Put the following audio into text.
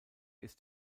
ist